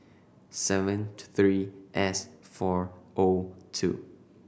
seventh three S four O two